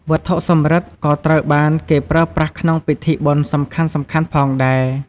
វត្ថុសំរឹទ្ធិក៏ត្រូវបានគេប្រើប្រាស់ក្នុងពិធីបុណ្យសំខាន់ៗផងដែរ។